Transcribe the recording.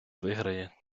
виграє